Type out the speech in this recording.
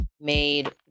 made